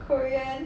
korean